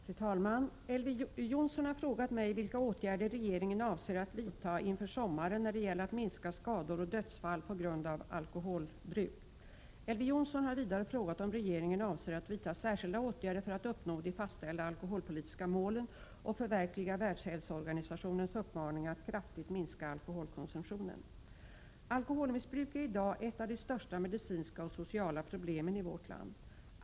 Fru talman! Elver Jonsson har frågat mig vilka åtgärder regeringen avser att vidta inför sommaren när det gäller att minska skador och dödsfall på grund av alkoholbruk. Elver Jonsson har vidare frågat om regeringen avser att vidta särskilda åtgärder för att uppnå de fastställda alkoholpolitiska målen och förverkliga Världshälsoorganisationens uppmaning att kraftigt minska alkoholkonsumtionen. Alkoholmissbruk är i dag ett av de största medicinska och sociala problemen i vårt land.